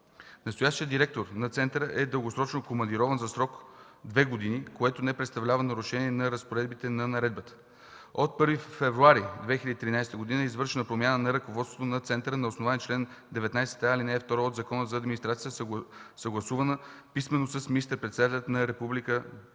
Настоящият директор на центъра е дългосрочно командирован за срок две години, което не представлява нарушение на разпоредбите на наредбата. От 1 февруари 2013 г. е извършена промяна на ръководството на центъра на основание чл. 19а, ал. 2 от Закона за администрацията, съгласувано писмено с министър-председателя на Република